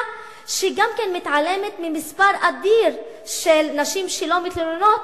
שגם מתעלמת ממספר אדיר של נשים שלא מתלוננות,